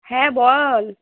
হ্যাঁ বল